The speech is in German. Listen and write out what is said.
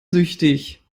süchtig